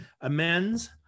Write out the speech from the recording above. amends